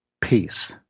peace